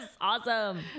Awesome